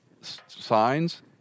signs